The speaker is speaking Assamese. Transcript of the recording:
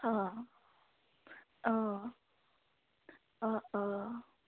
অঁ অঁ অঁ অঁ